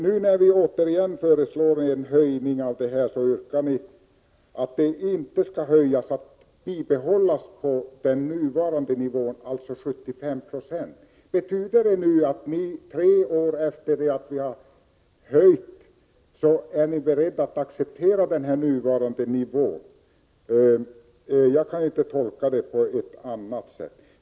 Nu när vi återigen föreslår en höjning av avsättningsbeloppet yrkar ni att det inte skall höjas utan bibehållas på den nuvarande nivån, alltså 75 90. Betyder det att ni nu, tre år efter det att avsättningsbeloppet höjts, är beredda att acceptera den nuvarande nivån? Jag kan inte tolka det på annat sätt.